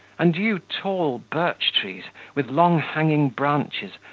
and you tall birch-trees, with long hanging branches,